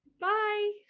Bye